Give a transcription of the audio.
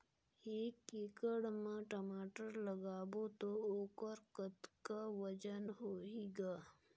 एक एकड़ म टमाटर लगाबो तो ओकर कतका वजन होही ग?